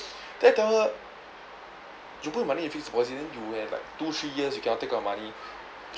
then I tell her you put money in fixed deposit then you have like two three years you cannot take out your money